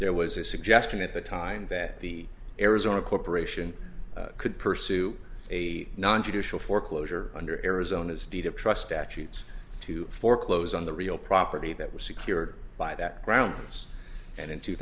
there was a suggestion at the time that the arizona corporation could pursue a non judicial foreclosure under arizona's deed of trust that shoots to foreclose on the real property that was secured by that grounds and in two